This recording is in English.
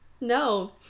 no